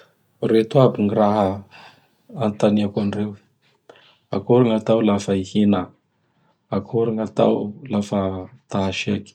Ireto aby gny raha anotaniako andreo: Akory gn'atao lafa ihina? Akory gn'atao lafa ta haseky?